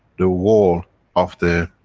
the wall of the.